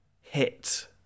hit